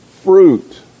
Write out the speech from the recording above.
fruit